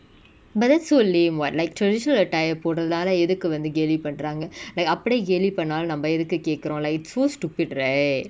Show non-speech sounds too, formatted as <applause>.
but then so lame [what] like traditional attire போடுறதால எதுக்கு வந்து கேலி பண்ராங்க:podurathala ethuku vanthu keli panranga <breath> like அப்டியே கேலி பண்ணாலு நம்ம எதுக்கு கேகுரோ:apdiye keli pannalu namma ethuku kukuro lah it's so stupid right